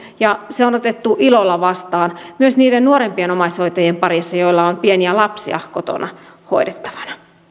ja kuntosalille se on otettu ilolla vastaan myös niiden nuorempien omaishoitajien parissa joilla on pieniä lapsia kotona hoidettavana